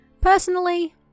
personally